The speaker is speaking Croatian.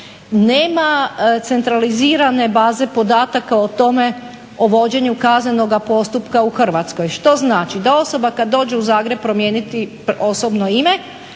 Nema centralizirane baze podataka o vođenju kaznenog postupka u Hrvatskoj što znači da osoba kad dođe u Zagreb promijeniti osobno ime